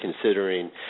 considering